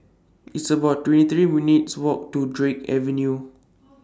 It's about twenty three minutes' Walk to Drake Avenue